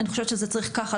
אני חושבת שזה צריך להיות ככה,